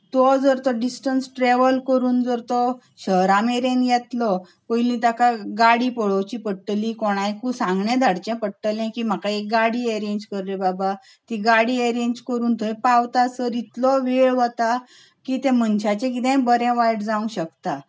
तो जर तर तो डिस्टंस ट्रेवल करून जर तो शहरा मेरेन येतलो पयलीं ताका गाडी पळोवची पडटली कोणाकूय सांगणें धाडचें पडटलें की म्हाका एक गाडी अरेंज कर रे बाबा ती गाडी अरेंज करून थंय पावतासर इतलो वेळ वता की त्या मनशाचें कितेंय बरें वायट जावंक शकता